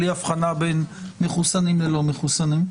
בלי אבחנה בין מחוסנים ללא מחוסנים.